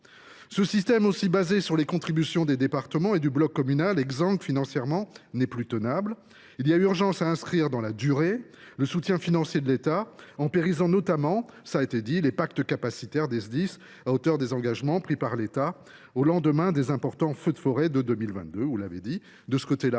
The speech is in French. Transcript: Ce dispositif fondé sur les contributions des départements et du bloc communal, exsangues financièrement, n’est plus tenable. Il y a urgence à inscrire dans la durée le soutien financier de l’État, en pérennisant notamment les pactes capacitaires des Sdis, à hauteur des engagements pris par l’État au lendemain des importants feux de 2022. Cela a été fait pour les